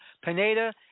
Pineda